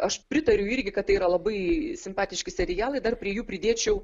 aš pritariu irgi kad tai yra labai simpatiški serialai dar prie jų pridėčiau